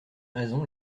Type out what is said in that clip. raisons